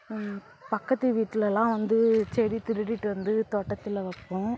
பக்கத்துக்கு வீட்டிலேலாம் வந்து செடி திருடிகிட்டு வந்து தோட்டத்தில் வைப்போம்